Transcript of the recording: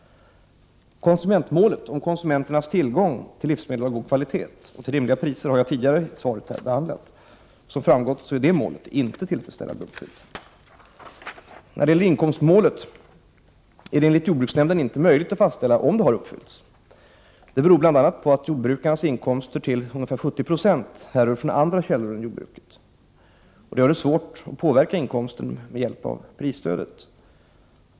Konsumentmålet, om konsumenternas tillgång till livsmedel av god kvalitet till rimliga priser, har jag tidigare i mitt svar redan behandlat. Som framgått är detta mål inte tillfredsställande uppnått. Det är enligt jordbruksnämnden inte möjligt att fastställa om inkomstmå Prot. 1988/89:89 let uppnåtts. Detta beror bl.a. på att jordbrukarnas inkomster till ca 70 & 4 april 1989 härrör från andra källor än jordbruket, vilket gör det svårt att påverka inkomsten med hjälp av prisstödet.